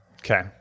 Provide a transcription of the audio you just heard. Okay